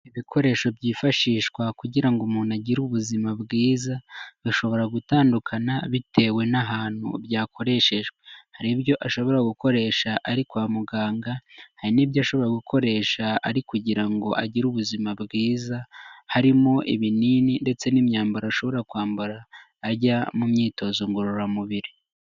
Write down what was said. Ibikoresho byifashishwa kugira ngo umuntu agire ubuzima bwiza, bashobora gutandukana bitewe n'ahantu byakoreshejwe, hari ibyo ashobora gukoresha ari kwa muganga, hari n'ibyo ashobora gukoresha ari ukugira ngo agire ubuzima bwiza, harimo ibinini ndetse n'imyambaro ashobora kwambara ajya mu myitozo ngororamubiri.